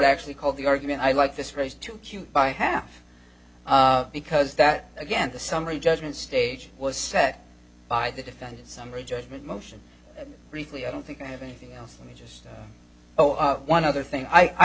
actually called the argument i like this race too cute by half because that again the summary judgment stage was set by the defendant summary judgment motion briefly i don't think i have anything else to me just oh one other thing i